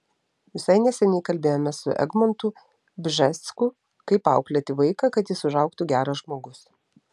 visai neseniai kalbėjome su egmontu bžesku kaip auklėti vaiką kad jis užaugtų geras žmogus